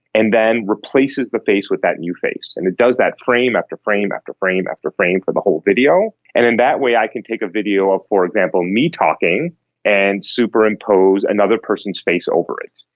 and then replaces the face with that new face. and it does that frame after frame after frame after frame for the whole video. and in that way i can take a video of, for example, me talking and superimpose another person's face over it.